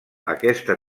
aquesta